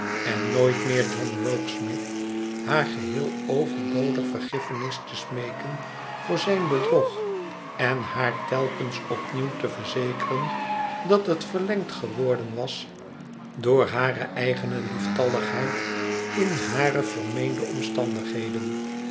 en nooit meer john rokesmith haar geheel overbodig vergiffenis te smeeken voor zijn bedrog en haar telkens opnieuw te verzekeren dat het verlengd geworden was door hare eigene lieftalligheid in hare vermeende omstandigheden